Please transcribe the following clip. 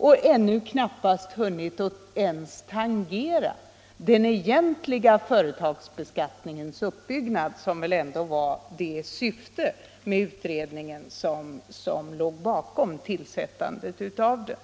Man har ännu knappast hunnit ens tangera den egentliga företagsbeskattningens uppbyggnad, som väl ändå var det syfte som låg bakom tillsättandet av beredningen.